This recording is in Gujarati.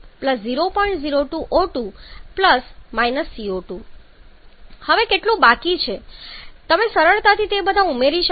02 O2 CO2 હવે કેટલું બાકી છે તમે સરળતાથી તે બધા ઉમેરી શકો છો જે કુલ 100 હોવું જોઈએ